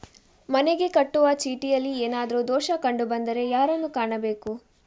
ಮನೆಗೆ ಕಟ್ಟುವ ಚೀಟಿಯಲ್ಲಿ ಏನಾದ್ರು ದೋಷ ಕಂಡು ಬಂದರೆ ಯಾರನ್ನು ಕಾಣಬೇಕು?